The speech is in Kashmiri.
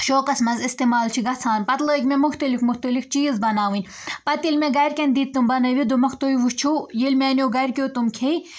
شوقَس منٛز اِستعمال چھِ گژھان پَتہٕ لٲگۍ مےٚ مُختلف مُختلف چیٖز بَناوٕنۍ پَتہٕ ییٚلہِ مےٚ گَرِکٮ۪ن دِتۍ تم بنٲوِتھ دوٚپمَکھ تُہۍ وُچھُو ییٚلہِ میٛانٮ۪و گَرِ کیو تِم کھیٚے